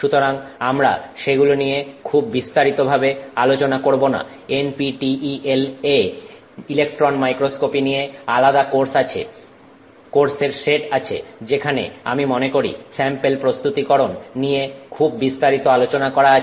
সুতরাং আমরা সেগুলো নিয়ে খুব বিস্তারিতভাবে আলোচনা করব না NPTEL এ ইলেকট্রন মাইক্রোস্কোপী নিয়ে আলাদা কোর্স আছে কোর্সের সেট আছে যেখানে আমি মনে করি স্যাম্পেল প্রস্তুতিকরণ নিয়ে খুব বিস্তারিত আলোচনা করা আছে